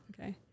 Okay